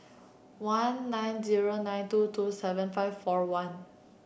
one nine zero nine two two seven five four one